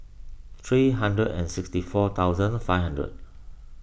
three hundred and sixty four thousand five hundred